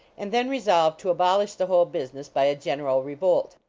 and then resolved to abolish the whole business by a general revolt.